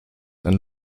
and